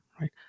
right